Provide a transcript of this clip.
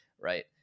right